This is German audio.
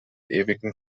ewigen